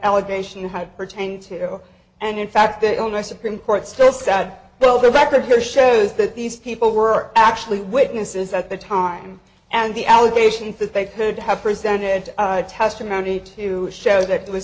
allegation had pertaining to and in fact that only supreme court still sad well the record here shows that these people were actually witnesses at the time and the allegations that they could have presented to testimony to show that was